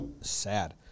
sad